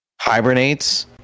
hibernates